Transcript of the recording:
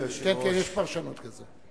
--- כן, כן, יש פרשנות כזאת.